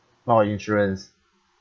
orh insurance